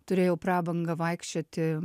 turėjau prabangą vaikščioti